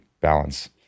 balance